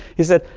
he said,